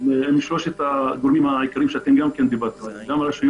משלושת הגורמים הרשויות,